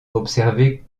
observée